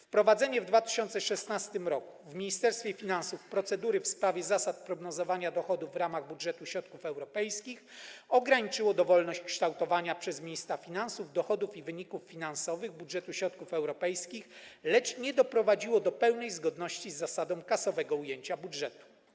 Wprowadzenie w 2016 r. w Ministerstwie Finansów procedury w sprawie zasad prognozowania dochodów w ramach budżetu środków europejskich ograniczyło dowolność kształtowania przez ministra finansów dochodów i wyników finansowych budżetu środków europejskich, lecz nie doprowadziło do pełnej zgodności z zasadą kasowego ujęcia budżetu.